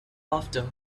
after